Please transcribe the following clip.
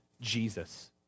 Jesus